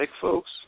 folks